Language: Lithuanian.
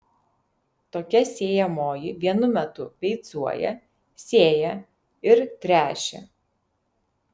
tokia sėjamoji vienu metu beicuoja sėja ir tręšia